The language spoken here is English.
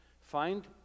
Find